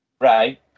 Right